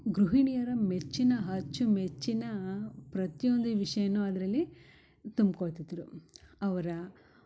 ಗೃಹಿಣಿಯರ ಮೆಚ್ಚಿನ ಅಚ್ಚುಮೆಚ್ಚಿನಾ ಪ್ರತಿಯೊಂದು ವಿಷಯನೂ ಅದ್ರಲ್ಲಿ ತುಂಬ್ಕೋತಿದ್ದರು ಅವರ